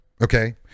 Okay